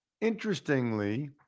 interestingly